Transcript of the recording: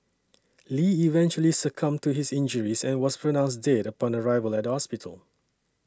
Lee eventually succumbed to his injuries and was pronounced dead upon arrival at the hospital